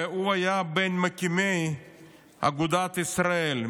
והוא היה בין מקימי אגודת ישראל.